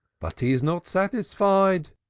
but he is not satisfied,